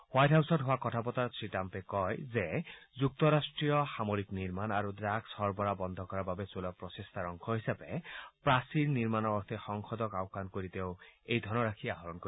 white হাউছত হোৱা কথা বতৰাত শ্ৰীট্ৰাম্পে কয় যে যুক্তৰাষ্ট্ৰীয় সামৰিক নিৰ্মাণ আৰু ড্ৰাগ সৰবৰাহ বন্ধ কৰাৰ বাবে চলোৱা প্ৰচেষ্টাৰ অংশ হিচাপে প্ৰাচীৰ নিৰ্মাণৰ অৰ্থে সংসদক আওকান কৰি তেওঁ এই ধনৰাশি আহৰণ কৰিব